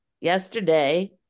yesterday